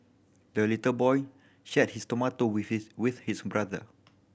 the little boy shared his tomato with his with his brother